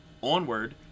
onward